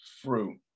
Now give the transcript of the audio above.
fruit